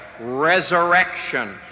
resurrection